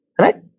Right